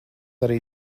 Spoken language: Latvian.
arī